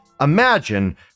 Imagine